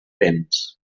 temps